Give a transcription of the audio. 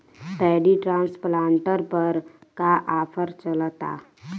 Paddy transplanter पर का offer चलता?